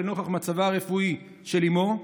לנוכח מצבה הרפואי של אימו.